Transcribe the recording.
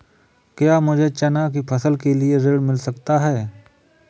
क्या मुझे चना की फसल के लिए ऋण मिल सकता है?